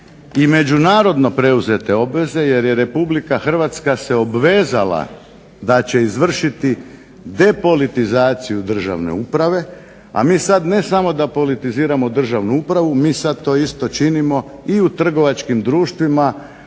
i međunarodno preuzete obveze jer je Republika Hrvatska se obvezala da će izvršiti depolitizaciju državne uprave a mi ne sada samo da politiziramo državnu upravu mi to isto činimo i u trgovačkim društvima